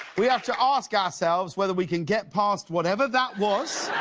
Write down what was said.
we have to ask ourselves, whether we can get past whatever that was,